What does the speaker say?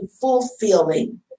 fulfilling